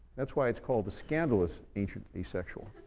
that's why it's called a scandalous ancient asexual.